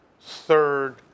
third